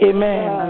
Amen